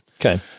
Okay